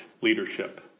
leadership